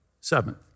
seventh